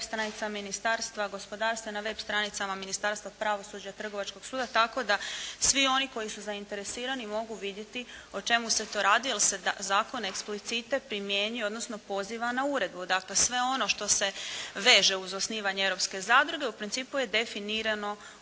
stranicama Ministarstva gospodarstva, na web stranicama Ministarstva pravosuđa, Trgovačkog suda tako da svi oni koji su zainteresirani mogu vidjeti o čemu se to radi, jer se zakon eksplicite primjenjuje, odnosno poziva na uredbu. Dakle, sve ono što se veže uz osnivanje europske zadruge u principu je definirano